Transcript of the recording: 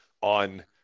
on